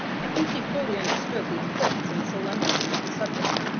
i think he fully understood the importance and solemnity of the subject.